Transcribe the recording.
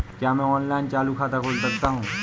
क्या मैं ऑनलाइन चालू खाता खोल सकता हूँ?